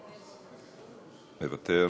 מוותר,